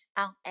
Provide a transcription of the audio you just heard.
on